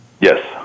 Yes